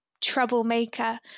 troublemaker